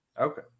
Okay